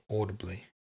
audibly